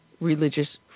religious